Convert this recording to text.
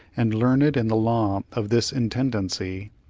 and learned in the law of this intendency,